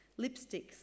lipsticks